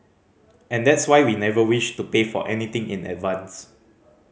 and that's why we never wished to pay for anything in advance